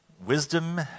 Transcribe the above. Wisdom